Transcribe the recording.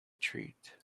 treat